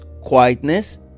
quietness